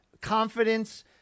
confidence